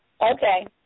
Okay